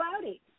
cloudy